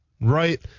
right